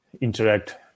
Interact